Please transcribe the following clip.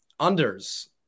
unders